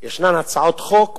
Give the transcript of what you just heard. ישנן הצעות חוק בנושא.